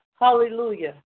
Hallelujah